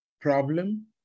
problem